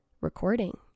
recording